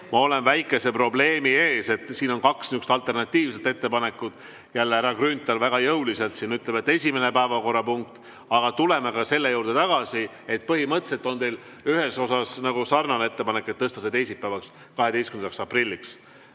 ma olen väikese probleemi ees. Siin on kaks nihukest alternatiivset ettepanekut. Härra Grünthal väga jõuliselt ütles, et [see peab olema] esimene päevakorrapunkt, aga tuleme ka selle juurde tagasi. Põhimõtteliselt on teil ühes osas nagu sarnane ettepanek, et tõsta see teisipäevaks, 12. aprilliks.